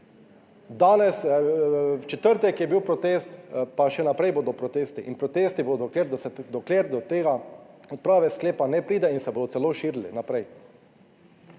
Danes v četrtek je bil protest, pa še naprej bodo protesti in protesti bodo dokler do tega odprave sklepa ne pride in se bodo celo širili naprej.